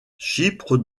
chypre